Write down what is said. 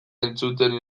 entzuten